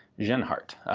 genhart.